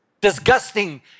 disgusting